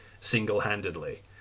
single-handedly